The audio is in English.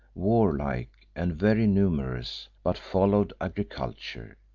warlike and very numerous but followed agriculture.